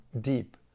deep